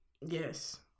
Yes